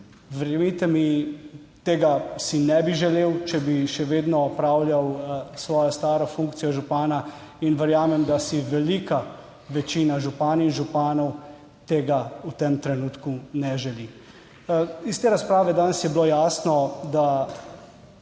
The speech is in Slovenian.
Verjemite mi, tega si ne bi želel, če bi še vedno opravljal svojo staro funkcijo župana, in verjamem, da si velika večina županj in županov tega v tem trenutku ne želi. Iz te razprave danes je bilo jasno, da